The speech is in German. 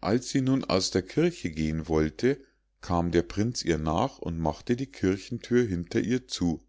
als sie nun aus der kirche gehen wollte kam der prinz ihr nach und machte die kirchenthür hinter ihr zu